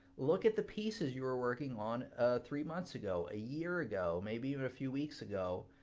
look at the pieces you were working on three months ago, a year ago, maybe even a few weeks ago.